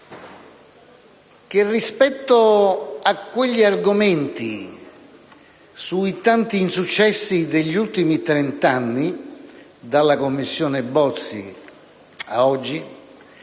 che, rispetto a quegli argomenti concernenti i tanti insuccessi degli ultimi trent'anni, dalla Commissione Bozzi a oggi,